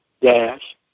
Dash